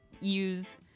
use